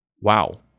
Wow